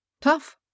Tough